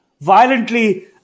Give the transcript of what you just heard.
violently